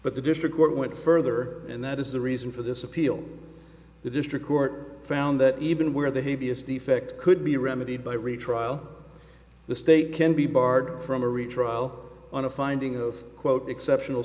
but the district court went further and that is the reason for this appeal the district court found that even where the heaviest defect could be remedied by retrial the state can be barred from a retrial on a finding of quote exceptional